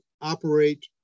operate